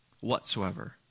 whatsoever